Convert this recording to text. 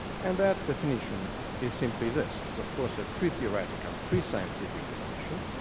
and that definition is simply this it's of course a pre-theoretical, pre-scientific definition,